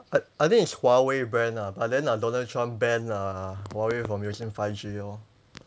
I I think it's huawei brand ah but then like donald trump ban uh huawei from using five G lor